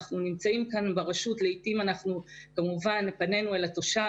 אנחנו נמצאים ברשות וכמובן פנינו אל התושב